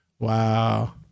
Wow